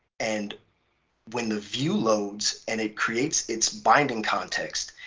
and when the view loads and it creates its binding context,